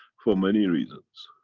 for many reasons.